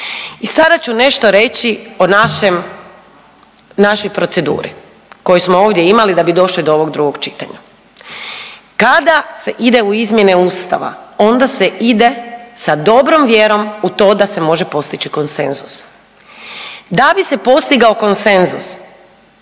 I sada ću nešto reći o našem, našoj proceduri koju smo ovdje imali da bi došli do ovog drugog čitanja. Kada se ide u izmjene ustava onda se ide sa dobrom vjerom u to da se može postići konsenzus. Da bi se postigao konsenzus